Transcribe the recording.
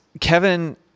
Kevin